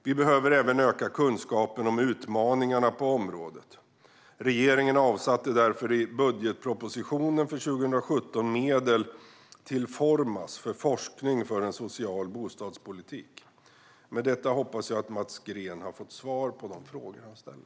Vi behöver även öka kunskapen om utmaningarna på området. Regeringen avsatte därför i budgetpropositionen för 2017 medel till Formas för forskning för en social bostadspolitik. Med detta sagt hoppas jag att Mats Green har fått svar på de frågor han ställt.